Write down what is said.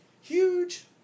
Huge